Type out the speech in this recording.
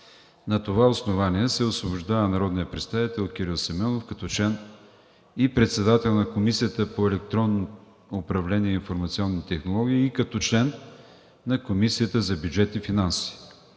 На това основание се освобождава народният представител Кирил Симеонов като член и председател на Комисията по електронно управление и информационни технологии и като член на Комисията по бюджет и финанси.